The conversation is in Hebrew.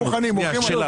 מהכנסה.